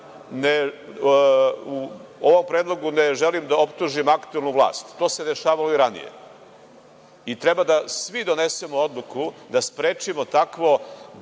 u ovom predlogu ne želim da optužim aktuelnu vlast, to se dešavalo i ranije i treba svi da donesemo odluku da sprečimo tako